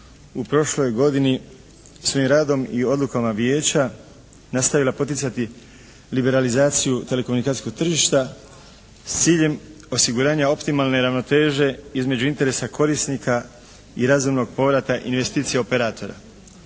u prošloj godini je svojim radom i odlukama vijeća nastavila poticati liberalizaciju telekomunikacijskog tržišta s ciljem osiguranja optimalne ravnoteže između interesa korisnika i razumnog povrata investicija operatora.